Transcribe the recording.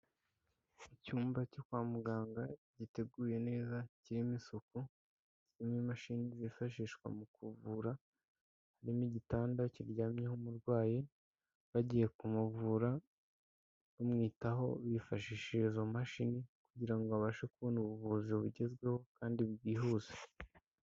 Icyumba cyo kwa muganga giteguye neza kirimo isuku, harimo imashini zifashishwa mu kuvura, harimo igitanda kiryamyeho umurwayi bagiye kumuvura, bamwitaho bifashishije izo mashini kugira ngo abashe kubona ubuvuzi bugezweho kandi bwihuse.